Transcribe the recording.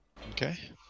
Okay